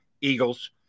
Eagles